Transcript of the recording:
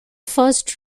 first